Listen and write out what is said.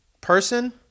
person